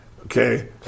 Okay